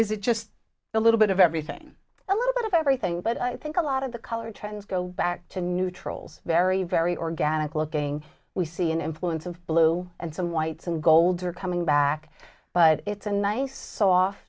is it just a little bit of everything a little bit of everything but i think a lot of the color trends go back to neutral very very the organic looking we see an influence of blue and some whites and gold are coming back but it's a nice so